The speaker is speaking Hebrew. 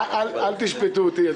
אל תשפטו אותי.